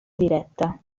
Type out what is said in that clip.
diretta